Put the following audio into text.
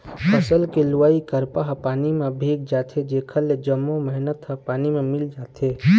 फसल के लुवाय करपा ह पानी म भींग जाथे जेखर ले जम्मो मेहनत ह पानी म मिल जाथे